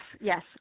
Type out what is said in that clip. yes